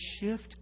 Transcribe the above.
shift